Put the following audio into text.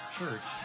church